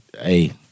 hey